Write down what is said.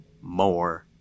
more